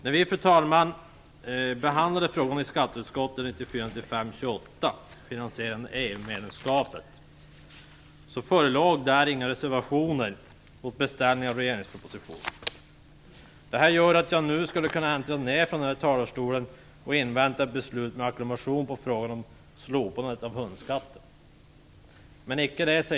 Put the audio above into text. När vi i skatteutskottet behandlade betänkandet 1994/95:28, Finansiering av EU-medlemskapet, förelåg inga reservationer mot beställningen av regeringspropositionen. Det gör att jag nu skulle kunna gå ner från denna talarstol och invänta ett beslut med acklamation beträffande frågan om ett slopande av hundskatten - men icke!